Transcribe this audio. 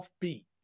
offbeat